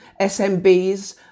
SMBs